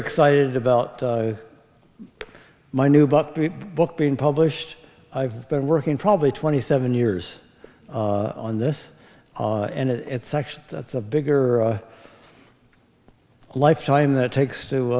excited about my new book the book being published i've been working probably twenty seven years on this and it's actually that's a bigger lifetime that it takes to